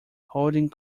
holding